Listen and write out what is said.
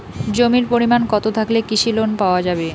জমির পরিমাণ কতো থাকলে কৃষি লোন পাওয়া যাবে?